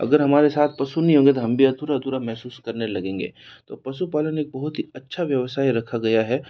अगर हमारे साथ पशु नहीं होंगे तो हम भी अधूरा अधूरा महसूस करने लगेंगे तो पशुपालन एक बहुत ही अच्छा व्यवसाय रखा गया है